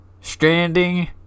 Stranding